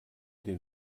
den